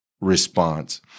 response